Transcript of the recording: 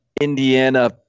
Indiana